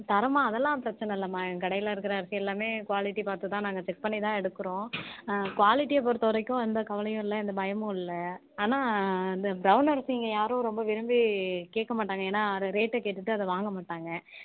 தரமாக அதெல்லாம் பிரச்சின இல்லைம்மா எங்கள் கடையில் இருக்கிற அரிசி எல்லாமே குவாலிட்டி பார்த்து தான் நாங்கள் செக் பண்ணி தான் எடுக்கிறோம் குவாலிட்டியை பொருத்த வரைக்கும் எந்த கவலையும் இல்லை எந்த பயமும் இல்லை ஆனால் அந்த ப்ரௌன் அரிசி இங்கே யாரும் ரொம்ப விரும்பி கேட்கமாட்டாங்க ஏன்னா ரே ரேட்டை கேட்டுட்டு அதை வாங்கமாட்டாங்க